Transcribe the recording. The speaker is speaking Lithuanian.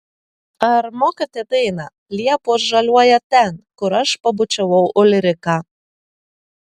ar mokate dainą liepos žaliuoja ten kur aš pabučiavau ulriką